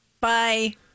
Bye